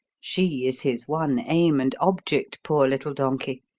she is his one aim and object, poor little donkey!